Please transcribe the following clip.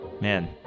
Man